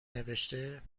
نوشته